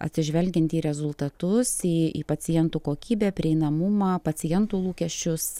atsižvelgiant į rezultatus į į pacientų kokybę prieinamumą pacientų lūkesčius